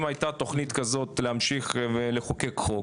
אם הייתה תוכנית כזאת להמשיך ולחוקק חוק,